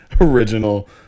original